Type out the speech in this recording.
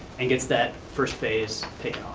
and gets that first phase